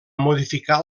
modificar